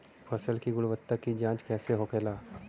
फसल की गुणवत्ता की जांच कैसे होखेला?